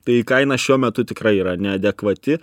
tai kaina šiuo metu tikrai yra neadekvati